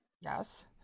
yes